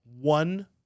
one